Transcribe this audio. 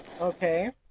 Okay